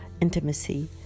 intimacy